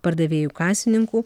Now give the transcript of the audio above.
pardavėjų kasininkų